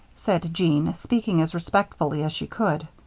said jean, speaking as respectfully as she could,